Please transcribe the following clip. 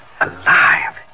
Alive